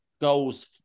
Goals